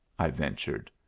i ventured.